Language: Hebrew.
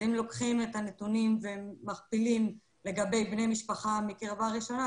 אם לוקחים את הנתונים ומכפילים לגבי בני משפחה מקרבה ראשונה,